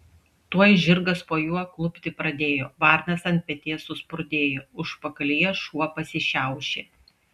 tuoj žirgas po juo klupti pradėjo varnas ant peties suspurdėjo užpakalyje šuo pasišiaušė